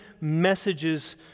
messages